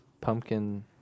pumpkin